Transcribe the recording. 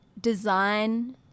design